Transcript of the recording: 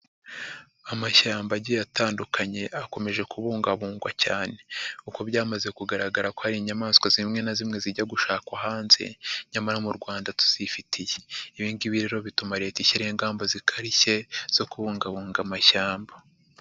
Amashyamba agiye atandukanye akomeje kubungabungwa cyane kuko byamaze kugaragara ko hari inyamaswa zimwe na zimwe zijya gushakwa hanze nyamara mu Rwanda tuzifitiye, ibi ngibi rero bituma Leta ishyiraho ingamba zikarishye zo kubungabunga amashyamba.